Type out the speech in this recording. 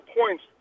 points